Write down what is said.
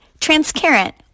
Transparent